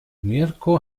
mirko